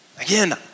Again